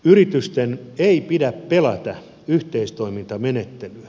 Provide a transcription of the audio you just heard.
yritysten ei pidä pelätä yhteistoimintamenettelyä